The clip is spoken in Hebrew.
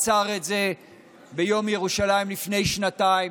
עצר את זה ביום ירושלים לפני שנתיים.